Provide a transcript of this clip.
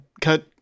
cut